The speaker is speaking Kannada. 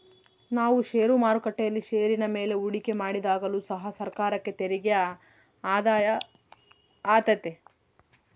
ನಾವು ಷೇರು ಮಾರುಕಟ್ಟೆಯಲ್ಲಿ ಷೇರಿನ ಮೇಲೆ ಹೂಡಿಕೆ ಮಾಡಿದಾಗಲು ಸಹ ಸರ್ಕಾರಕ್ಕೆ ತೆರಿಗೆ ಆದಾಯ ಆತೆತೆ